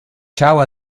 ciao